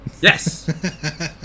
Yes